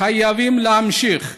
חייבים להמשיך,